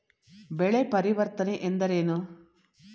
ಬೆಳೆ ಪರಿವರ್ತನೆ ಎಂದರೇನು?